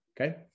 okay